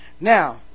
Now